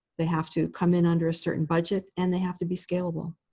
they have to come in under a certain budget. and they have to be scalable.